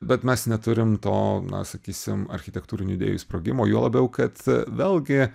bet mes neturim to na sakysim architektūrinių idėjų sprogimo juo labiau kad a vėlgi